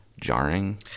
jarring